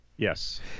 Yes